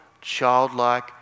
childlike